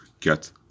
get